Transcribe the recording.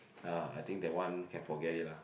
!aiya! I think that one can forget it lah